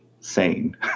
sane